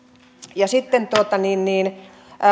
sitten